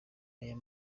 ayo